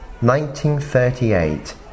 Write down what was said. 1938